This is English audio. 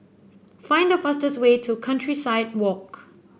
find the fastest way to Countryside Walk